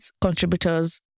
contributors